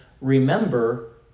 remember